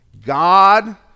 God